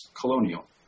colonial